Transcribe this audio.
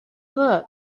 look